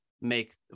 make